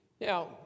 Now